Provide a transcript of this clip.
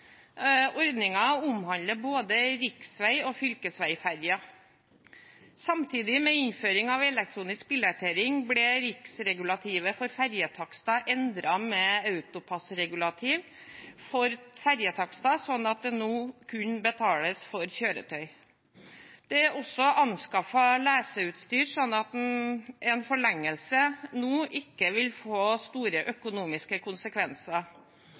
både riksvei- og fylkesveiferjer. Samtidig med innføringen av elektronisk billettering ble riksregulativet for ferjetakster endret med AutoPASS-regulativ for ferjetakster, sånn at det nå kun betales for kjøretøy. Det er også anskaffet leseutstyr, så en forlengelse nå vil ikke få store økonomiske